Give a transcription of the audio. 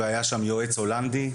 והיה שם יועץ הולנדי,